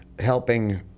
Helping